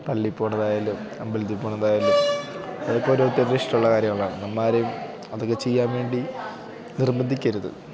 പള്ളിയിൽ പോകുന്നതായാലും അമ്പലത്തിൽ പോകുന്നതായാലും അതൊക്കെ ഓരോരുത്തരുടെ ഇഷ്ടമുള്ള കാര്യങ്ങളാണ് നമ്മളാരെയും അതൊക്കെ ചെയ്യാൻ വേണ്ടി നിർബന്ധിക്കരുത്